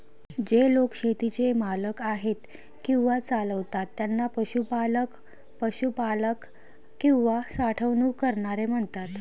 जे लोक शेतीचे मालक आहेत किंवा चालवतात त्यांना पशुपालक, पशुपालक किंवा साठवणूक करणारे म्हणतात